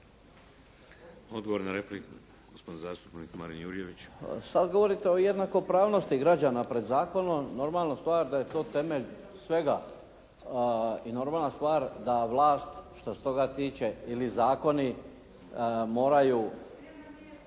Odgovor na repliku, gospodin zastupnik Marin Jurjević. **Jurjević, Marin (SDP)** Sada govorite o jednakopravnosti građana pred zakonom. Normalna stvar da je to temelj svega i normalna stvar da vlast što se toga tiče ili zakoni, moraju